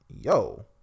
yo